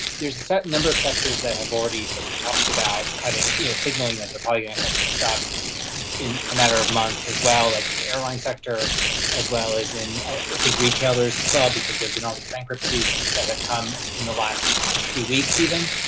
there's a certain number of sectors that have already sort of talked about cutting you know signaling that they're probably going to cut jobs in a matter of months as well, like in the airline sector as well as in i think retailers as well, because there've been all these bankruptcies that have ah come in the last few weeks even.